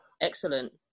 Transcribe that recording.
Excellent